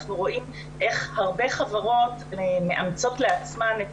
אנחנו רואים איך הרבה חברות מאמצות לעצמן את